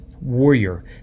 warrior